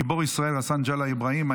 גיבור ישראל רס"ן ג'לאא אבראהים,